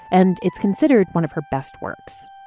and it's considered one of her best works